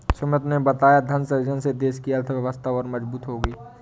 सुमित ने बताया धन सृजन से देश की अर्थव्यवस्था और मजबूत होगी